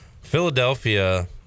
philadelphia